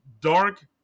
dark